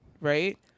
right